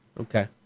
Okay